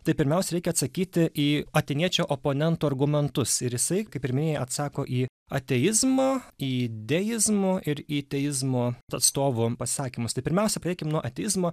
tai pirmiausia reikia atsakyti į atėniečio oponento argumentus ir jisai kaip ir minėjai atsako į ateizmo į deizmo ir į teizmo atstovų pasakymus tai pirmiausia pradėkim nuo ateizmo